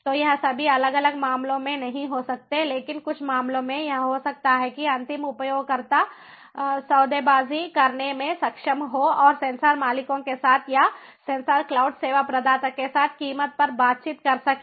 तो यह सभी अलग अलग मामलों में नहीं हो सकता है लेकिन कुछ मामलों में यह हो सकता है कि अंतिम उपयोगकर्ता सौदेबाजी करने में सक्षम हों और सेंसर मालिकों के साथ या सेंसर क्लाउड सेवा प्रदाता के साथ कीमत पर बातचीत कर सकें